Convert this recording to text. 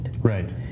Right